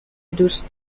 دوست